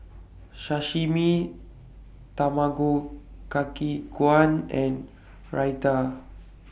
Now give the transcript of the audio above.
Sashimi Tamago Kake Gohan and Raita